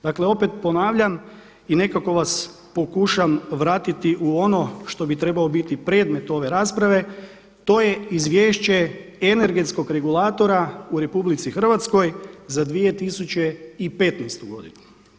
Dakle, opet ponavljam i nekako vas pokušam vratiti u ono što bi trebao biti predmet ove rasprave to je izvješće energetskog regulatora u RH za 2015. godinu.